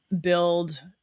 build